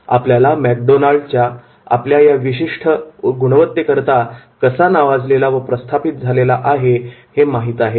आपल्याला मॅकडोनाल्ड आपल्या या विशिष्ट गुणवत्तेकरिता कसा नावाजलेला व प्रस्थापित झालेला आहे हे माहित आहे